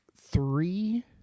three